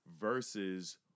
Versus